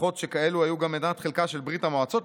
הצלחות שכאלו היו גם מנת חלקה של ברית המועצות,